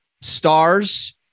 stars